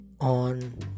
on